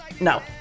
No